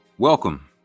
Welcome